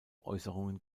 äußerungen